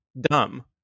Dumb